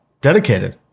Dedicated